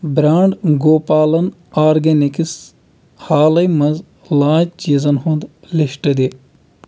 brand Gopalan organics حالَے مَنٛز launch چیٖزن ہُنٛد لِسٹ دِ